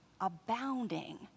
abounding